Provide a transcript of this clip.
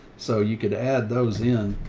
so you could add those in,